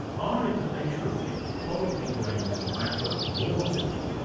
are in the nature of things probably going to matter more to me,